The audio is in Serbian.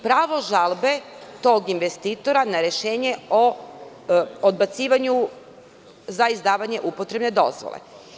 Pravo žalbe tog investitora na rešenje o odbacivanju za izdavanje upotrebne dozvole.